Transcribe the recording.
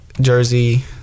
jersey